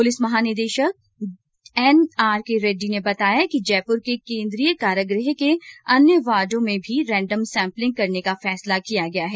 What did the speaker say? police महानिदेशक जेल N R K Reddy ने बताया कि जयपुर के केन्द्रीय कारागृह के अन्य वार्डो में भी रेंडम सैम्पलिंग करने का फैसला किया गया है